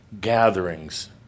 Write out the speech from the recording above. gatherings